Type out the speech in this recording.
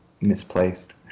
misplaced